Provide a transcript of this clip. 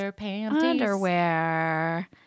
underwear